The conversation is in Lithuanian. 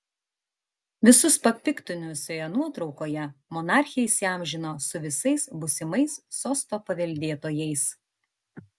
visus papiktinusioje nuotraukoje monarchė įsiamžino su visais būsimais sosto paveldėtojais